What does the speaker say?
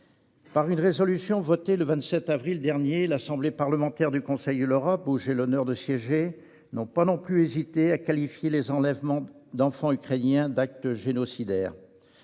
Par une résolution votée le 27 avril dernier, l'Assemblée parlementaire du Conseil de l'Europe, où j'ai l'honneur de siéger, n'a pas non plus hésité à qualifier les enlèvements d'enfants ukrainiens d'actes génocidaires.